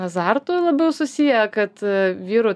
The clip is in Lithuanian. azartu labiau susiję kad vyrų